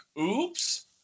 Oops